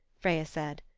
freya said.